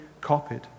copied